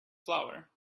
flour